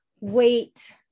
weight